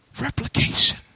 replication